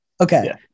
Okay